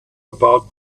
about